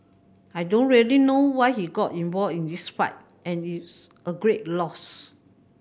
I don't really know why he got involved in this fight and it's a great loss